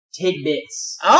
tidbits